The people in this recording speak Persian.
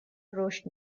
رشد